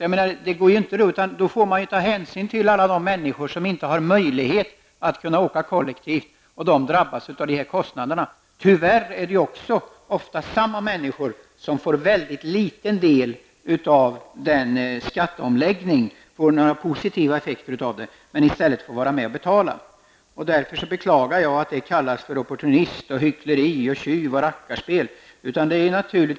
Man måste ta hänsyn till alla de människor som inte har möjlighet att åka kollektivt och som drabbas av dessa kostnader. Tyvärr är det ofta också samma människor som får ut en väldigt liten del av de positiva effekterna av skatteomläggningen. I stället får de vara med och betala. Jag beklagar att detta kallas för opportunism, hyckleri och tjuv och rackarspel.